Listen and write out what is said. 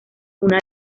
una